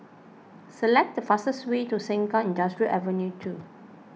select the fastest way to Sengkang Industrial Avenue two